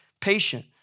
patient